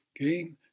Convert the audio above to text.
Okay